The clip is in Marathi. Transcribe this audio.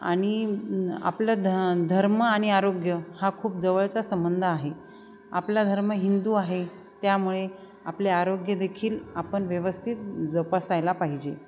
आणि आपलं ध धर्म आणि आरोग्य हा खूप जवळचा संबंध आहे आपला धर्म हिंदू आहे त्यामुळे आपले आरोग्य देखील आपण व्यवस्थित जोपासायला पाहिजे